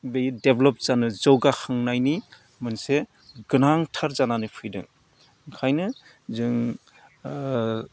बै देभलप जानो जौगाखांनायनि मोनसे गोनांथार जानानै फैदों ओंखायनो जों